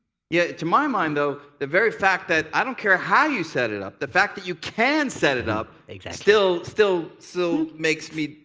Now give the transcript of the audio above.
yeah. to my mind, though, the very fact that i don't care how you set it up, the fact that you can set it up still still so makes me,